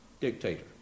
dictator